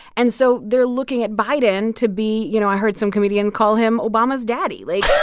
and so they're looking at biden to be you know, i heard some comedian call him obama's daddy. like.